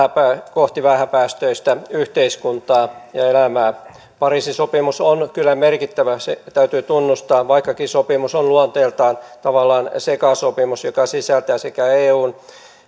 kohti vähäpäästöistä yhteiskuntaa ja elämää pariisin sopimus on kyllä merkittävä se täytyy tunnustaa vaikkakin sopimus on luonteeltaan tavallaan sekasopimus joka sisältää sekä eun